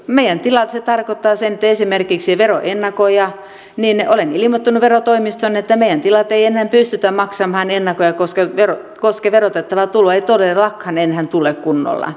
meidän tilallamme se tarkoittaa että esimerkiksi olen ilmoittanut verotoimistoon että meidän tilaltamme ei enää pystytä maksamaan veroennakoita koska verotettavaa tuloa ei todellakaan enää tule kunnolla